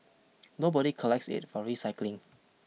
nobody collects it for recycling